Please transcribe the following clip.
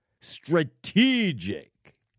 strategic